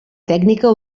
tècnica